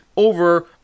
Over